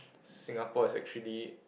Singapore is actually